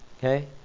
Okay